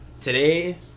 Today